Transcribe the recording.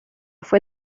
fue